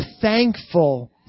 thankful